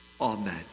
Amen